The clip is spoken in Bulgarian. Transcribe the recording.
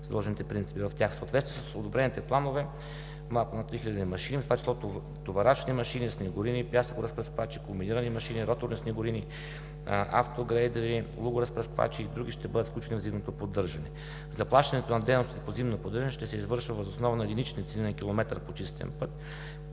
заложените принципи в тях. В съответствие с одобрените планове малко над 3000 машини, в това число товарачни машини, снегорини, пясъкоразпръсквачи, комбинирани машини, роторни снегорини, автогрейдъри, лугоразпръсквачи и други ще бъдат включени в зимното поддържане. Заплащането на дейностите по зимно поддържане ще се извършва въз основа на единични цени на „километър почистен път“,